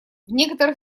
некоторых